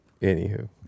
Anywho